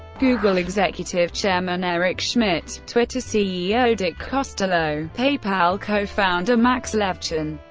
google executive chairman eric schmidt, twitter ceo dick costolo, paypal co-founder max levchin,